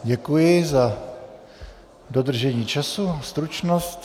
Děkuji za dodržení času, stručnost.